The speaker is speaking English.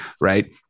Right